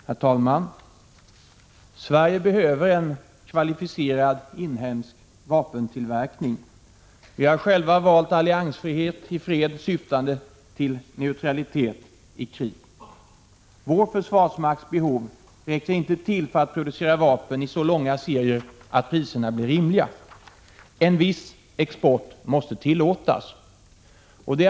Herr talman! Sverige behöver en kvalificerad inhemsk vapentillverkning. Vi har själva valt alliansfrihet i fred syftande till neutralitet i krig. Vår försvarsmakts behov räcker inte till för att producera vapen i så långa serier att priserna blir rimliga. En viss export måste tillåtas.